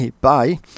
Bye